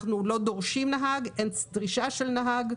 אנחנו לא דורשים נהג, אין דרישה של נהג.